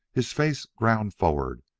his face ground forward,